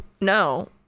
no